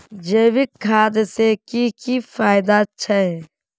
जैविक खाद से की की फायदा छे?